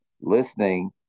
Listening